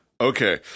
Okay